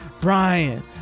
Brian